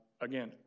Again